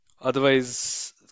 Otherwise